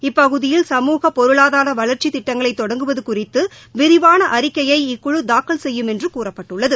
இப்பகுதியில் சமூகப் பொருளாதார வளர்ச்சித் திட்டங்களை தொடங்குவது குறித்து விரிவான அறிக்கையை இக்குழு தாக்கல் செய்யும் என்று கூறப்பட்டுள்ளது